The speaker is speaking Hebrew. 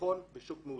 ביטחון ושוק מאוזן.